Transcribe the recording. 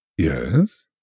Yes